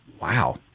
Wow